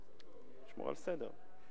תשמור על סדר.